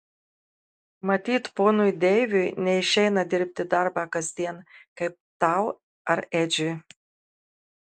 matyt ponui deiviui neišeina dirbti darbą kasdien kaip tau ar edžiui